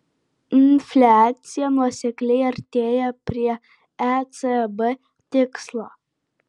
infliacija nuosekliai artėja prie ecb tikslo